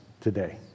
today